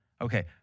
Okay